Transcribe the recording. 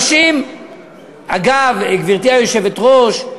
אגב, גברתי היושבת-ראש,